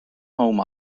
home